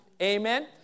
Amen